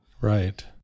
Right